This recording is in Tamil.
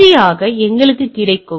இறுதியாக எங்களுக்கு கிடைக்கும்